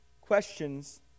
questions